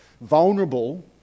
vulnerable